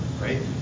Right